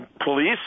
police